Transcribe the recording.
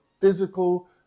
physical